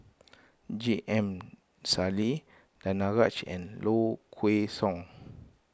J M Sali Danaraj and Low Kway Song